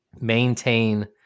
maintain